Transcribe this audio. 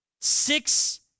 Six